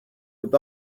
with